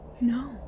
No